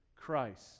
Christ